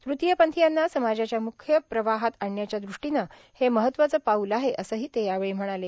तृतीयपंथीयांना समाजाच्या म्ख्य प्रवाहात आणण्याच्या दृष्टीनं हे महत्वाचं पाऊल आहे असंही ते यावेळी म्हणाले